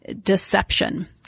deception